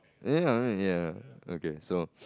ya I mean ya okay so